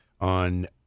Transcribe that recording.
on